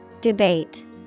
Debate